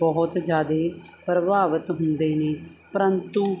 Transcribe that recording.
ਬਹੁਤ ਜ਼ਿਆਦਾ ਪ੍ਰਭਾਵਿਤ ਹੁੰਦੇ ਨੇ ਪਰੰਤੂ